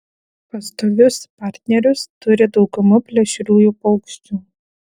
pastovius partnerius turi dauguma plėšriųjų paukščių